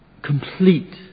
Complete